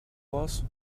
was